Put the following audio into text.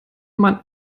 man